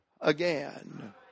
again